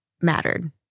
mattered